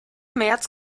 märz